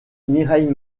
mireille